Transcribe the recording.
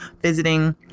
visiting